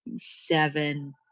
seven